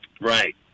Right